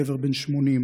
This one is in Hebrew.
גבר בן 80,